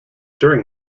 during